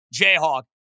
Jayhawk